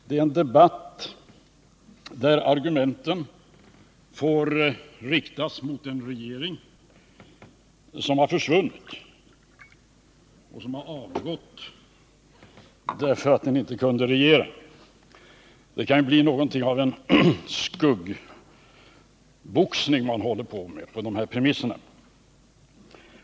Det är en debatt där argumenten får riktas mot en regering som har försvunnit — som har avgått därför att den inte kunde regera. Det kan bii någonting av en skuggboxning på de här premisserna.